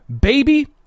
baby